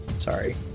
Sorry